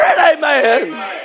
Amen